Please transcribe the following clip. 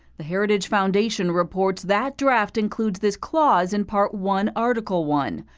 the heritage foundation reports that draft includes this clause in part one, article one.